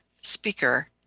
speaker